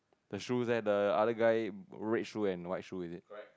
the shoes leh the other guy red shoe and white shoe is it